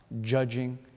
judging